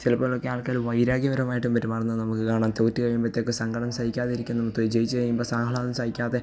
ചിലപ്പോഴൊക്കെ ആൾക്കാർ വൈരാഗ്യപരമായിട്ടും പെരുമാറുന്നത് നമുക്ക് കാണാം തോറ്റ് കഴിയുമ്പോഴത്തേയ്ക്ക് സങ്കടം സഹിക്കാതെ ഇരിക്കുന്നതും ത്രെ ജയിച്ച് കഴിയുമ്പം സാഹ്ളാദം സഹിക്കാതെ